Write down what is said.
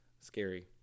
Scary